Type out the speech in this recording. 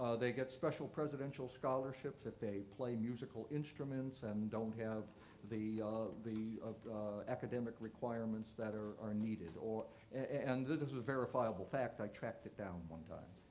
ah they get special presidential scholarships if they play musical instruments and don't have the the academic requirements that are are needed. and this is verifiable fact, i tracked it down one time.